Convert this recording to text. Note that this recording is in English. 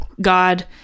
god